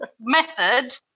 method